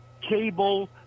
cable